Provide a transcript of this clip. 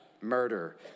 murder